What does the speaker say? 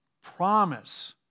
promise